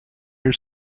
your